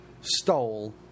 stole